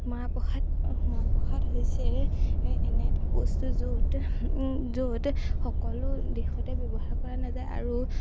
মাহ প্ৰসাদ মাহ প্ৰসাদ হৈছে এ এনে বস্তু য'ত য'ত সকলো দেশতে ব্যৱহাৰ কৰা নাযায় আৰু